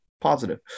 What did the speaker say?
positive